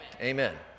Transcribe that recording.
Amen